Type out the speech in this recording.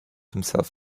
himself